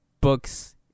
books